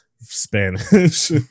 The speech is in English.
Spanish